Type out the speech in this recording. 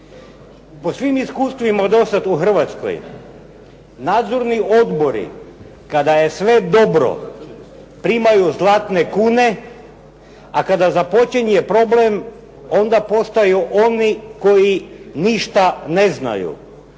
Po svim iskustvima do sada u Hrvatskoj nadzorni odbori kada je sve dobro primaju zlatne kune a kada započinje problem onda postaju oni koji ništa ne znaju.